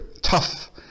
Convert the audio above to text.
Tough